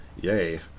Yay